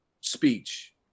speech